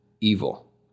evil